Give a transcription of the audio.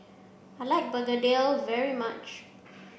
I like Begedil very much